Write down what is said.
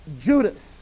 Judas